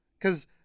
Cause